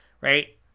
Right